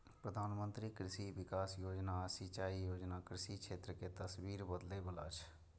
प्रधानमंत्री कृषि विकास योजना आ सिंचाई योजना कृषि क्षेत्र के तस्वीर बदलै बला छै